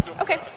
Okay